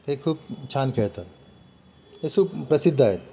हे खूप छान खेळतात हे सुप्रसिद्ध आहेत